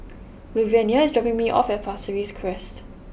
Luvenia is dropping me off at Pasir Ris Crest